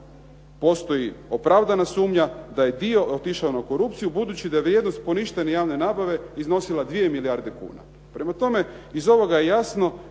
postoji opravdana sumnja da je dio otišao na korupciju budući da je vrijednost poništene javne nabave iznosila dvije milijarde kuna. Prema tome, iz ovoga je jasno